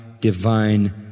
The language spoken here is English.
divine